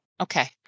Okay